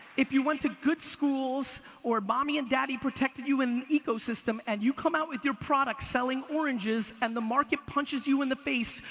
if you went to good schools or mommy and daddy protected you in ecosystem, and you come out with your product selling oranges, and the market punches you in the face,